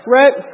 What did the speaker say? right